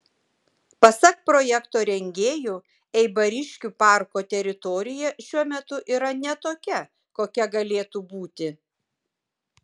pasak projekto rengėjų eibariškių parko teritorija šiuo metu yra ne tokia kokia galėtų būti